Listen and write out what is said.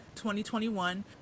2021